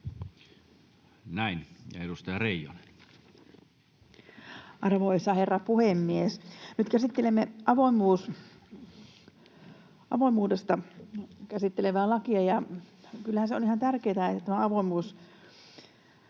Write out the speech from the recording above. Time: 21:12 Content: Arvoisa herra puhemies! Nyt käsittelemme avoimuutta käsittelevää lakia, ja kyllähän se on ihan tärkeätä, että tämä avoimuus